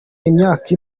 imyaka